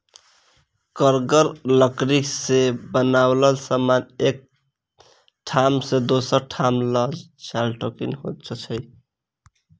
कड़गर लकड़ी सॅ बनाओल समान के एक ठाम सॅ दोसर ठाम ल जायब कठिन होइत छै